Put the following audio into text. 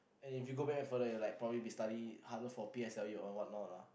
and if you go back even further you will like probably be study harder for P_S_L_E or whatnot lah